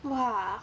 !wah!